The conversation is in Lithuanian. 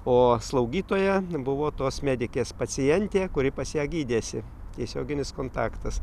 o slaugytoja buvo tos medikės pacientė kuri pas ją gydėsi tiesioginis kontaktas